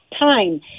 time